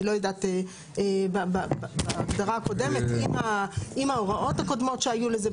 אני לא יודעת בהגדרה הקודמת עם ההוראות הקודמות שהיו לזה,